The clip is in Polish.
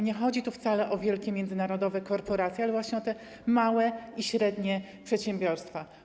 Nie chodzi tu wcale o wielkie międzynarodowe korporacje, ale właśnie o te małe i średnie przedsiębiorstwa.